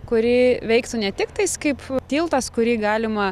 kuri veiktų ne tiktais kaip tiltas kurį galima